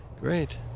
Great